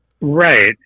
Right